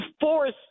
force